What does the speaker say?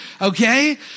Okay